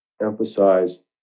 emphasize